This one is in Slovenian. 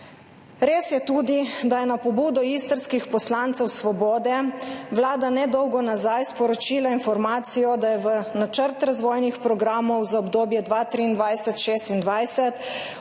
Res je tudi, da je na pobudo istrskih poslancev Svobode Vlada nedolgo nazaj sporočila informacijo, da je v načrt razvojnih programov za obdobje 2023–2026